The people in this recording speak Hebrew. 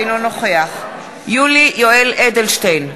אינו נוכח יולי יואל אדלשטיין,